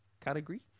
category